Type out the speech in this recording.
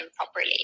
properly